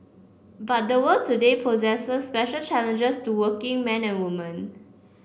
but the world today poses special challenges to working men and women